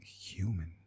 human